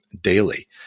daily